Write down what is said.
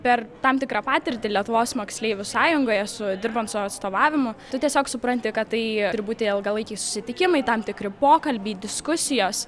per tam tikrą patirtį lietuvos moksleivių sąjungoje su dirbant su atstovavimu tu tiesiog supranti kad tai turi būti ilgalaikiai susitikimai tam tikri pokalbiai diskusijos